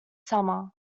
summer